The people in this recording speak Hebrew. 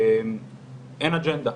אין אג'נדה.